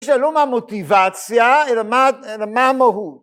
שלא מהמוטיבציה אלא מה המהות